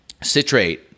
citrate